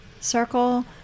circle